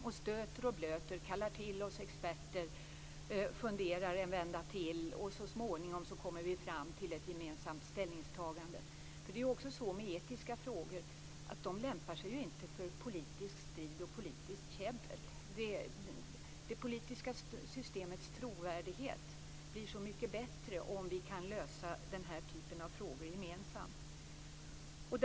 Vi stöter och blöter, kallar till oss experter, funderar en vända till och så småningom kommer vi fram till ett gemensamt ställningstagande. Det är också så med etiska frågor att de inte lämpar sig för politisk strid och politiskt käbbel. Det politiska systemets trovärdighet blir så mycket bättre om vi kan lösa den här typen av frågor gemensamt.